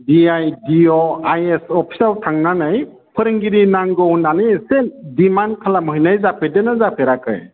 डिआइडिअआइएस अफिसाव थांनानै फोरोंगिरि नांगौ होननानै एसे डिमान्ड खालामहैनाय जाफेरदोंना जाफेराखै